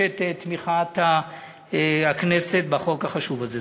ואני מבקש את תמיכת הכנסת בחוק החשוב הזה.